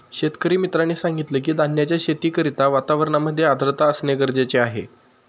शेतकरी मित्राने सांगितलं की, धान्याच्या शेती करिता वातावरणामध्ये आर्द्रता असणे गरजेचे आहे